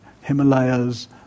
Himalayas